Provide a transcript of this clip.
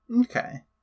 Okay